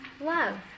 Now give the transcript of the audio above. love